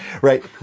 right